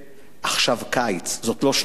עכשיו קיץ, זאת לא שנת חורף.